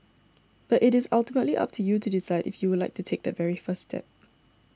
but it is ultimately up to you to decide if you would like to take that very first step